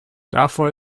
davor